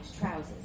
trousers